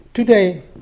Today